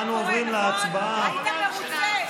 היית מרוצה.